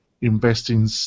investing